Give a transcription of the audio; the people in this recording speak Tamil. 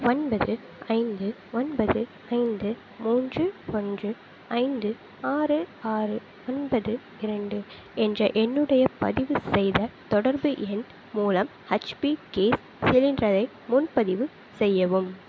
ஒன்பது ஐந்து ஒன்பது ஐந்து மூன்று ஒன்று ஐந்து ஆறு ஆறு ஒன்பது இரண்டு என்ற என்னுடைய பதிவுசெய்த தொடர்பு எண் மூலம் ஹச்பி கேஸ் சிலிண்டரை முன்பதிவு செய்யவும்